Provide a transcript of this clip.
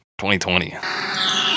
2020